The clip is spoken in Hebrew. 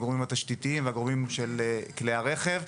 בגורמים התשתיתיים ובגורמים שקשורים לכלי הרכב.